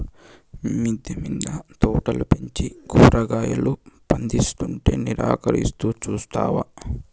మిద్దె మింద తోటలు పెంచి కూరగాయలు పందిస్తుంటే నిరాకరిస్తూ చూస్తావా